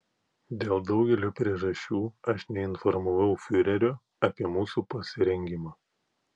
dėl daugelio priežasčių aš neinformavau fiurerio apie mūsų pasirengimą